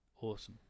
Awesome